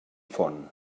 font